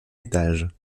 étage